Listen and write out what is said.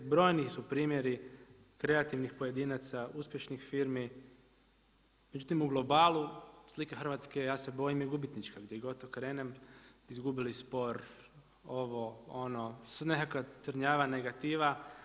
Brojni su primjeri kreativnih pojedinaca, uspješnih firmi, međutim u globalu, slika Hrvatske, ja se bojim je gubitnička, gdje god okrenem izgubili spor, ovo, ono, sve nekakva crnjava, negativa.